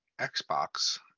xbox